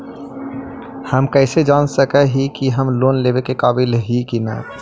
हम कईसे जान सक ही की हम लोन लेवेला काबिल ही की ना?